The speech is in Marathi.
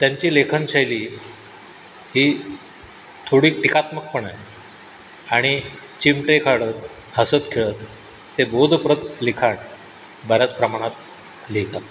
त्यांची लेखनशैली ही थोडी टीकात्मक पण आहे आणि चिमटे काढत हसत खेळत ते बोधप्रद लिखाण बऱ्याच प्रमाणात लिहितात